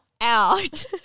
out